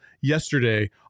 yesterday